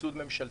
סבסוד ממשלתי.